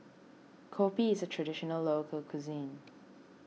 Kopi is a Traditional Local Cuisine